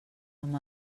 amb